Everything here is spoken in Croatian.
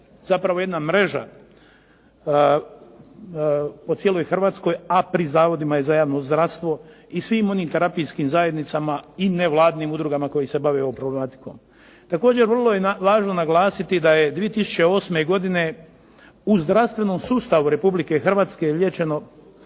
zapravo jedna mreža po cijeloj Hrvatskoj, a pri Zavodima je za javno zdravstvo i svim onim terapijskim zajednicama i nevladinim udrugama koji se bave ovom problematikom. Također, vrlo je važno naglasiti da je 2008. godine u zdravstvenom sustavu Republike Hrvatske liječeno